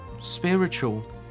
spiritual